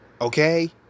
Okay